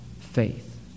faith